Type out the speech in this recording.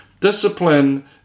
discipline